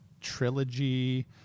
trilogy